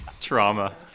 Trauma